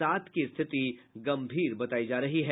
सात की स्थिति गम्भीर बतायी जा रही है